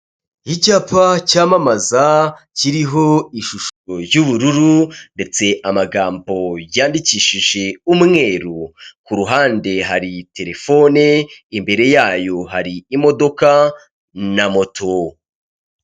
Icyapa cyamamaza kiriho ishusho y'ubururu ndetse amagambo yandikishije umweru. Ku ruhande hari terefone, imbere yayo hari imodoka na moto.